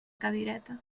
cadireta